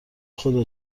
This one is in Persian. خدا